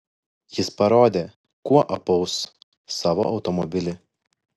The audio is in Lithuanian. jis parodė kuo apaus savo automobilį